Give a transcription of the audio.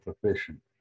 proficient